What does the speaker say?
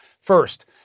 First